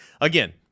again